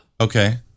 Okay